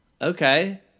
Okay